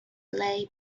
lay